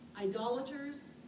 idolaters